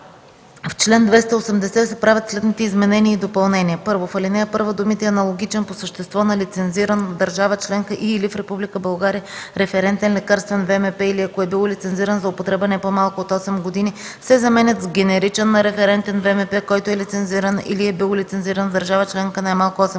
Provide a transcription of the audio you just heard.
В чл. 280 се правят следните изменения и допълнения: 1. В ал. 1 думите „аналогичен по същество на лицензиран в държава членка и/или в Република България референтен лекарствен ВМП или ако е бил лицензиран за употреба не по-малко от осем години” се заменят с „генеричен на референтен ВМП, който е лицензиран или е бил лицензиран в държава членка най-малко осем години”.